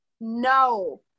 No